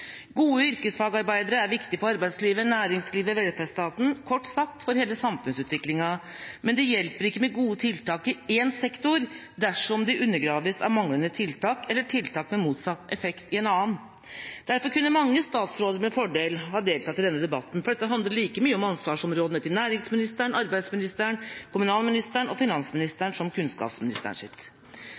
Gode yrkesfagarbeidere er viktig for arbeidslivet, næringslivet, velferdsstaten – kort sagt for hele samfunnsutviklinga. Men det hjelper ikke med gode tiltak i én sektor dersom det undergraves av manglende tiltak eller tiltak med motsatt effekt i en annen. Derfor kunne mange statsråder med fordel ha deltatt i denne debatten, for dette handler like mye om ansvarsområdene til næringsministeren, arbeidsministeren, kommunalministeren og finansministeren som til kunnskapsministeren.